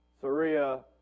Saria